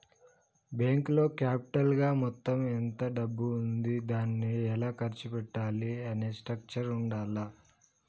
బ్యేంకులో క్యాపిటల్ గా మొత్తం ఎంత డబ్బు ఉంది దాన్ని ఎలా ఖర్చు పెట్టాలి అనే స్ట్రక్చర్ ఉండాల్ల